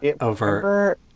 over